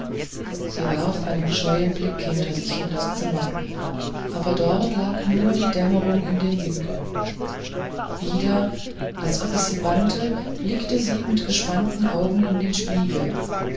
sie warf einen scheuen blick hinter sich in das zimmer aber dort lag nur die dämmerung in den winkeln wieder als ob es sie bannte blickte sie mit gespannten augen in den spiegel